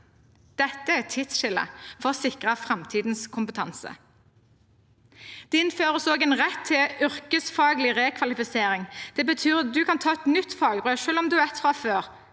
Dette er et tidsskille for å sikre framtidens kompetanse. Det innføres også en rett til yrkesfaglig rekvalifisering. Det betyr at man kan ta et nytt fagbrev, selv om man har et fra før